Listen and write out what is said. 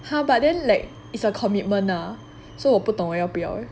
!huh! but then like it's a commitment lah so 我不懂我要不要 yeah